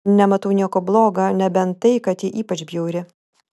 nematau nieko bloga nebent tai kad ji ypač bjauri